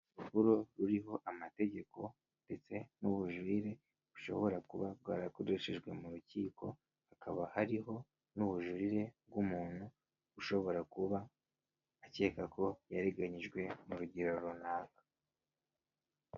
Urupapuro ruriho amategeko ndetse n'ubujurire bushobora kuba bwarakodejwe mu rukiko hakaba hariho n ubujurire bw'umuntu ushobora kuba akeka ko yarirenganyijwe mu rugero runaka.